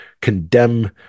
condemn